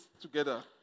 together